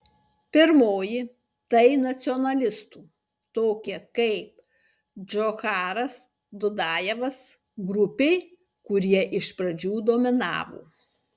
pirmoji tai nacionalistų tokie kaip džocharas dudajevas grupė kurie iš pradžių dominavo